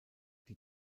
die